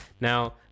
Now